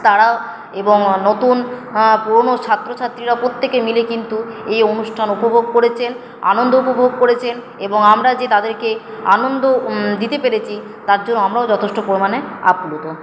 তারা এবং নতুন পুরনো ছাত্রছাত্রীরা প্রত্যেকে মিলে কিন্তু এই অনুষ্ঠান উপভোগ করেছেন আনন্দ উপভোগ করেছেন এবং আমরা যে তাদেরকে আনন্দ দিতে পেরেছি তার জন্য আমরাও যথেষ্ট পরিমাণে আপ্লুত